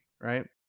Right